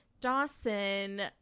dawson